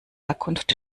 herkunft